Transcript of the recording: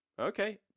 Okay